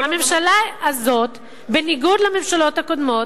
הממשלה הזאת, בניגוד לממשלות הקודמות,